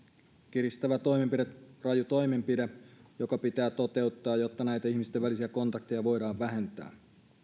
kiristävä toimenpide raju toimenpide joka pitää toteuttaa jotta näitä ihmisten välisiä kontakteja voidaan vähentää